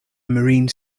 marine